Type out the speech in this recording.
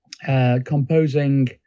composing